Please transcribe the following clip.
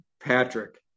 Patrick